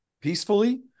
peacefully